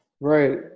Right